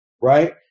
right